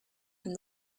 and